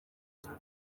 igihe